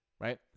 Right